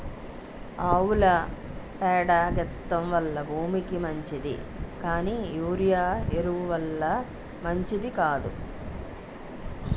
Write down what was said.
ఆవుల పేడ గెత్తెం వల్ల భూమికి మంచిది కానీ యూరియా ఎరువు ల వల్ల మంచిది కాదు